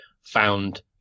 found